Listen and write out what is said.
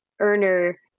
earner